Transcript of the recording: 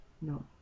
No